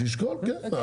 שישקול כן.